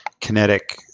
kinetic